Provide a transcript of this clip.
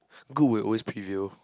good will always prevail